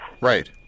Right